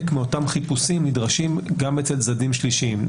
מאותם חיפושים נדרשים גם אצל צדדים שלישיים.